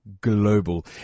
global